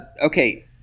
Okay